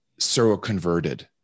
seroconverted